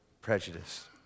prejudice